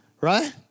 right